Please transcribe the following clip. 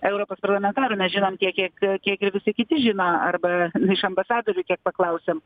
europos parlamentarų mes žinom tiek kiek kiek ir visi kiti žino arba iš ambasadorių kiek paklausėm